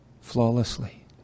Flawlessly